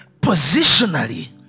positionally